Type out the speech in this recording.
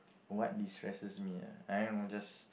what destresses me ah I don't know just